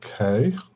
Okay